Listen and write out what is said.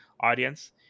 audience